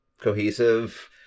cohesive